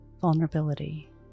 vulnerability